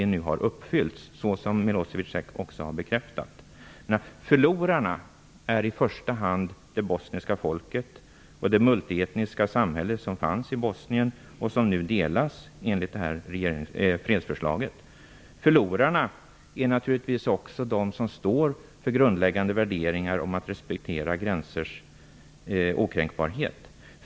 Det har ju Milosevic också bekräftat. Förlorare är i första hand det bosniska folket och det multietniska samhälle som fanns i Bosnien, som nu delas enligt fredsförslaget. Förlorare är också de som står för grundläggande värderingar om respekten för gränsers okränkbarhet.